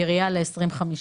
בראייה ל-2050.